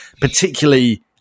particularly